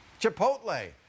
Chipotle